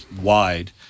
wide